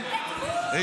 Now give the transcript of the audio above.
התקשורת,